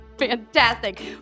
Fantastic